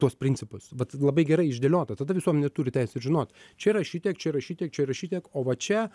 tuos principus vat labai gerai išdėliota tada visuomenė turi teisę ir žinot čia yra šitiek čia yra šitiek čia yra šiek tiek o va čia